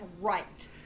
right